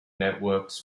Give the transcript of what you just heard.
networks